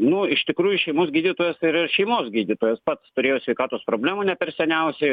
nu iš tikrųjų šeimos gydytojas yra šeimos gydytojas pats turėjau sveikatos problemų ne per seniausiai